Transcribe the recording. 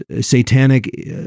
satanic